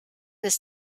this